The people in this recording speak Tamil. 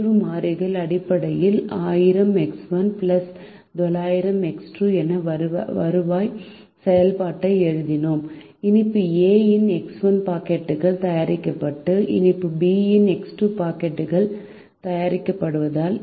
முடிவு மாறிகள் அடிப்படையில் 1000 X1 900 X2 என வருவாய் செயல்பாட்டை எழுதினோம் இனிப்பு A இன் X1 பாக்கெட்டுகள் தயாரிக்கப்பட்டு இனிப்பு B இன் X2 பாக்கெட்டுகள் தயாரிக்கப்பட்டால்